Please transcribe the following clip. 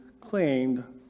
claimed